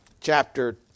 chapter